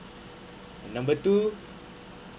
number two